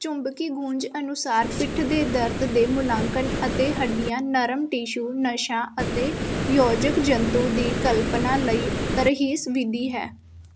ਚੁੰਬਕੀ ਗੂੰਜ ਅਨੁਮਾਰ ਪਿੱਠ ਦੇ ਦਰਦ ਦੇ ਮੁੱਲਾਂਕਣ ਅਤੇ ਹੱਡੀਆਂ ਨਰਮ ਟਿਸ਼ੂ ਨਸਾਂ ਅਤੇ ਯੋਜਕ ਜੰਤੂੂ ਦੀ ਕਲਪਨਾ ਲਈ ਤਰਜੀਹੀ ਵਿਧੀ ਹੈ